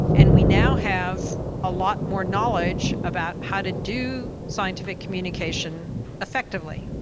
and we now have a lot more knowledge about how to do scientific communication effectively.